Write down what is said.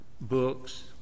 books